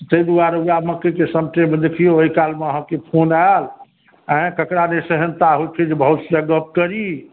ताहि दुआरे इएह मकइके समेटैमे देखै छी ओहिकालमे हम अहाँकेँ फोन आयल आइ केकरा नहि सेहन्ता होइ छै जे भौजी से गप करी